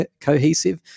cohesive